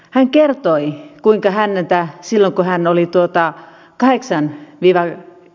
hän kertoi kuinka häntä silloin kun hän oli tuottaa kahdeksan vile